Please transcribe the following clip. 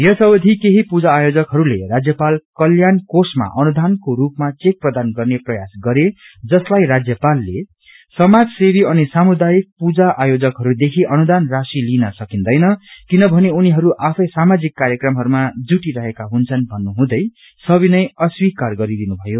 यस अवधि केही पूजा आयोजकहरूले राज्यपाल कल्याण कोषमा अनुसादनको रूपमा चेक प्रदान गर्ने प्रयास गरे जसलाई राज्यपालले समाज सेवी अनि सामुदायिश्क पूजा आयोजकहरूदेखि अनुदान राशि लिइन सकिन्दैन किनमने उनीहरू आफै सामाजिक कार्यहरूमा जुटि रहेका हुन्छन् भन्नुहुँदै सविनय अस्वीकार गरिदिनु भयो